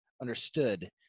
understood